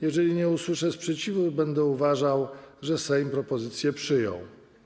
Jeżeli nie usłyszę sprzeciwu, będę uważał, że Sejm propozycję przyjął.